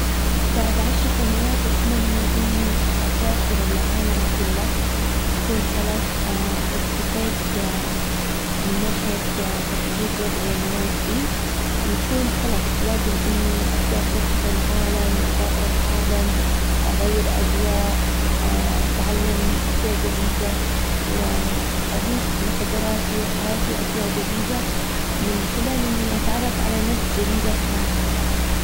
بعد عشر سنوات اتمنى اني اسافر العالم كله يكون خلاص اكتفيت من ناحية تحقيق وضعي المادي ويكون خلاص لازم اني ابدأ استكشف العالم واسافر العالم اغير اجواء اتعلم اشياء جديدة واظيف لخبراتي وحياتي اشياء جديدة من خلال اني اتعرف على ناس جديدة بحياتي.